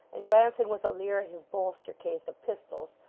and glancing with a leer at his holster case of pistols,